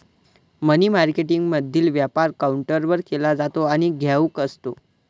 मनी मार्केटमधील व्यापार काउंटरवर केला जातो आणि घाऊक असतो